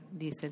dice